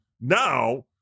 now